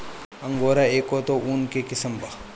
angora एक ठो ऊन के किसिम बा